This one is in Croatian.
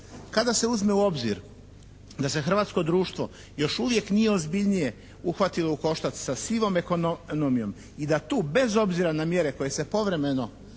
Kada se uzme u obzir da se hrvatsko društvo još uvijek nije ozbiljnije uhvatilo u koštac sa sivom ekonomijom i da tu bez obzira na mjere koje se povremeno